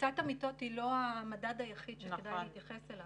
תפוסת המיטות היא לא המדד היחיד שכדאי להתייחס אליו.